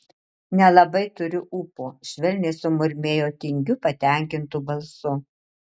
nelabai turiu ūpo švelniai sumurmėjo tingiu patenkintu balsu